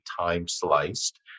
time-sliced